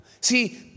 See